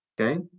okay